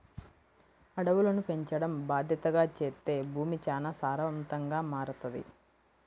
అడవులను పెంచడం బాద్దెతగా చేత్తే భూమి చానా సారవంతంగా మారతది